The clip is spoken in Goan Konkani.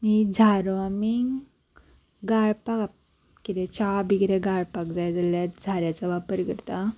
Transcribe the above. मागीर झारो आमी गाळपाक कितें च्या बी कितें गाळपाक जाय जाल्यार झऱ्याचो वापर करता